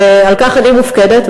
ועל כך אני מופקדת,